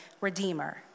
redeemer